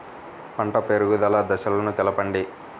పంట పెరుగుదల దశలను తెలపండి?